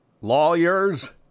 lawyers